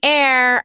air